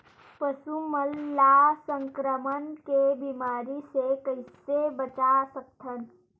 पशु मन ला संक्रमण के बीमारी से कइसे बचा सकथन?